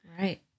Right